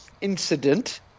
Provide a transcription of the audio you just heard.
incident